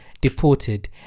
Deported